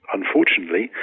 Unfortunately